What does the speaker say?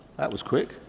that was quick!